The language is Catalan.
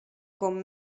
com